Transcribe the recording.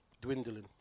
dwindling